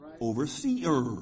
Overseer